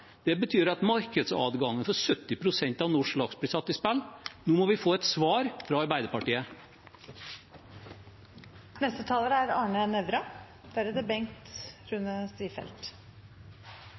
Det betyr at markedsadgangen for 70 pst. av norsk laks blir satt i spill. Nå må vi få et svar fra